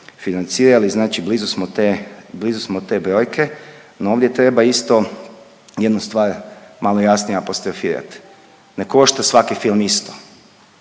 financirali, znači blizu smo te brojke. No ovdje treba isto jednu stvar malo jasnije apostrofirat, ne košta svaki film isto.